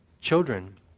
Children